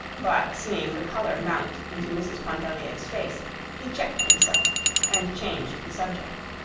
but seeing the color mount into mrs. pontellier's face he checked himself and changed the subject.